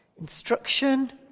Instruction